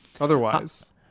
Otherwise